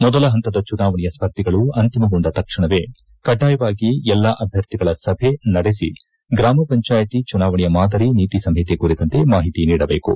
ಮೊದಲ ಹಂತದ ಚುನಾವಣೆಯ ಸ್ಪರ್ಧಿಗಳು ಅಂತಿಮಗೊಂಡ ತಕ್ಷಣವೇ ಕಡ್ಡಾಯವಾಗಿ ಎಲ್ಲಾ ಅಭ್ಯರ್ಥಿಗಳ ಸಭೆ ನಡೆಸಿ ಗ್ರಾಮ ಪಂಚಾಯಿತಿ ಚುನಾವಣೆಯ ಮಾದರಿ ನೀತಿಸಂಒತೆ ಕುರಿತಂತೆ ಮಾಹಿತಿ ನೀಡಬೇಕು